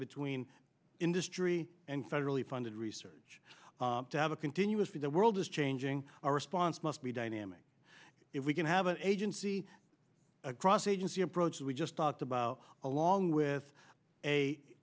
between industry and federally funded research to have a continuously the world is changing our response must be dynamic if we can have an agency across agency approach that we just talked about along with a